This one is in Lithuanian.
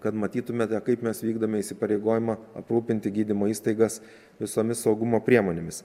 kad matytumėte kaip mes vykdome įsipareigojimą aprūpinti gydymo įstaigas visomis saugumo priemonėmis